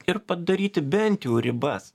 ir padaryti bent jau ribas